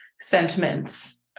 sentiments